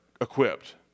equipped